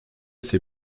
ses